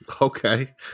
Okay